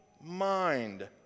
mind